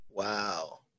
Wow